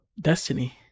Destiny